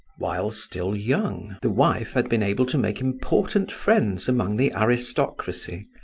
while still young the wife had been able to make important friends among the aristocracy,